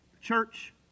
Church